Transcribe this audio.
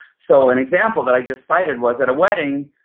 so an example that i just cited was at a wedding,